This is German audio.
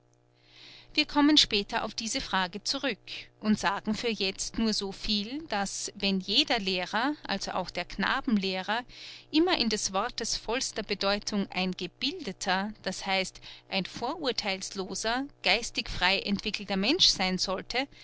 wir kommen später auf diese frage zurück und sagen für jetzt nur so viel daß wenn jeder lehrer also auch der knabenlehrer immer in des wortes vollster bedeutung ein gebildeter d h ein vorurtheilsloser geistig frei entwickelter mensch sein sollte